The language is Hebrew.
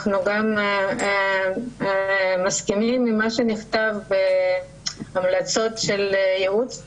אנחנו גם מסכימים עם מה שנכתב בהמלצות של ייעוץ הוועדה,